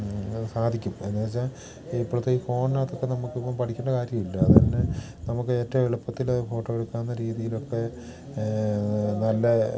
സാധിക്കും എന്ന് വെച്ചാൽ ഇപ്പോളത്തെ ഈ ഫോണിനകത്തൊക്കെ നമുക്കിപ്പം പഠിക്കേണ്ട കാര്യമില്ല അതുതന്നെ നമുക്ക് ഏറ്റവും എളുപ്പത്തിൽ ഫോട്ടോ എടുക്കാവുന്ന രീതിയിലൊക്കെ നല്ല